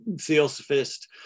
theosophist